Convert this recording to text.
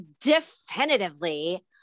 definitively